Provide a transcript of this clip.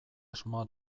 asmoa